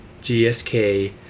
GSK